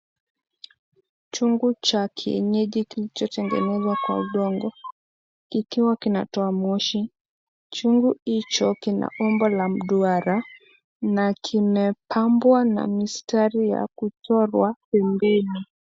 Chungu cha kienyeji kilicho tengenezwa kwa udongo ikiwa kinatoa moshi, chungu hicho kina umbo la duara na kimepambwa na mistari ya kuchorwa pembeni.